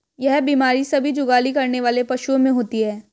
यह बीमारी सभी जुगाली करने वाले पशुओं में होती है